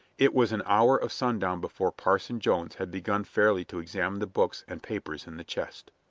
it was an hour of sundown before parson jones had begun fairly to examine the books and papers in the chest.